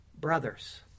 brothers